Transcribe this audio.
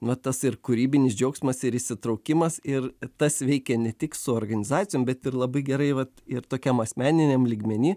va tas ir kūrybinis džiaugsmas ir įsitraukimas ir tas veikia ne tik su organizacijom bet ir labai gerai vat ir tokiam asmeniniam lygmeny